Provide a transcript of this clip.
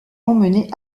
emmenée